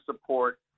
support